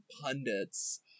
pundits